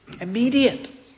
Immediate